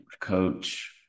coach